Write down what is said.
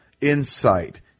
insight